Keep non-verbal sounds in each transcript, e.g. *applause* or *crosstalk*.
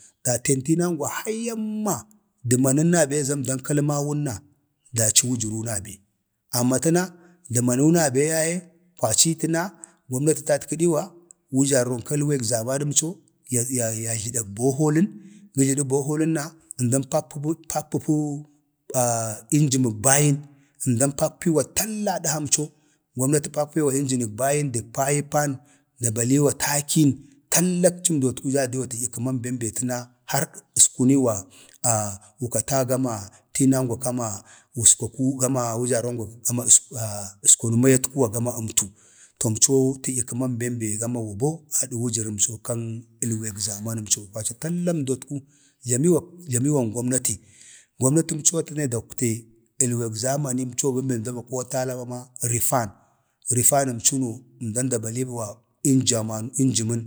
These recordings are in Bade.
﻿datan tinangwa hayamma, dəmanən nabe za əmdan kalma awu na, daci wujəru kan əlwan zaman əmco, *unintelligible* ya ya jlədag boholo, gə jlədə boholən na əmdan pakpəpuu *hesitation* injəmək bayin, əmdan pakpiiwa talla adhamco gomnati a pakpewa injənək bayin dək payipan da baliwa takin, talla akci əmdotku jaa diwa tədiya kəman bem be təna har askuniwa *hesitation* wu kata gama tiinangwa gama wuskwaku gama wujarangwa gama əskwanu, mayatkuwa gam a əmtu to əmcho atə ne tədya kəman bem be wu bo adə wujərəm so kan əlwek zamanəmco kwaci talla əmdootku, jlamiwan gomnati gomnatəmco atə ne dakwte əlwek zamaninco bem be əmda va kootala mama rifan, rifanəmcəno əmdan da baliwa imjimamen, injəmən,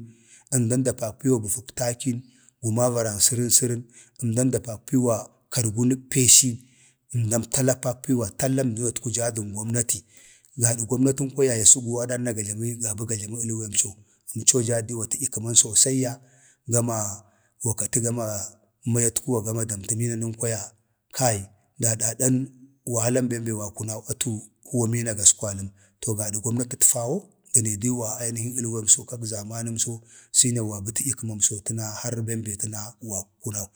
əmda da pakpiwa bəfək takin gumava ran sərən sərən, əmdan da pakpi wa kargunək peshi, əmdan tala pakpiwa tala əmdootku, jaa dən gomnati, gadə gomnatəm kwaya ya səgu adan na gaba gaba ga jlama əlwemso *unintelligible* wakata gama sosaiyya gama *hesitation* mayat kuwa gama damta məna nanuwam kwaya, kai, da dan was ii wahalan bem be waunaw atu huwa məna gaskwaləm, to gada gomnati əffawo, da nee diwa ainəfək əlwemso kag zamanəmso shine wa bə tədya kəmaco təm har bem be təna har, *unintelligible*